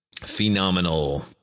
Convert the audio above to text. Phenomenal